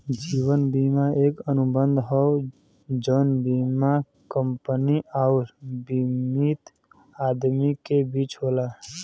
जीवन बीमा एक अनुबंध हौ जौन बीमा कंपनी आउर बीमित आदमी के बीच होला